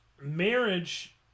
marriage